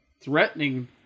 threatening